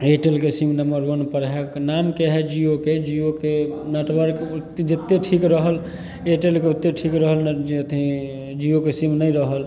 एयरटेलके sim number one पर हइ नामके है जिओके जिओके नेटवर्क जते ठीक रहल एयरटेलके ओते ठीक रहल अथी जिओके सीम नहि रहल